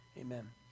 Amen